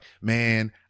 man